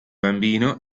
bambino